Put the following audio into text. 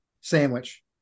sandwich